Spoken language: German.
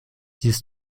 dieses